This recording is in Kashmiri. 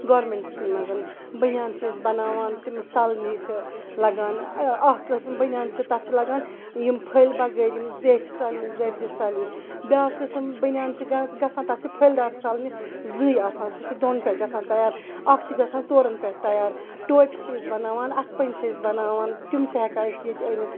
گارمنٹسے مَنٛز بنیان چھِ أسۍ بَناوان تِم سَلنہِ چھِ لَگان اَکھ قِسِم بنیان چھِ تَتھ چھِ لَگان یِم پھٕلۍ بَغٲر یِم زیچھِ سَلنہِ زٲوۍجہِ سَلنہِ بِیاکھ قٕسٕم بنیان چھِ گَژھان تَتھ چھِ پھٕلۍ دار سَلنہِ زٕیہِ آسان سُہ چھُ دۄن پیٹھ گَژھان تَیار اَکھ چھِ گَژھان ژورَن پیٹھ تَیار ٹوپہ چھِ أسۍ بَناوان اَتھِ پَنٛجہِ چھِ أسۍ بَناوان تِم چھِ ہیٚکان أسۍ ییٚتہِ أنِتھ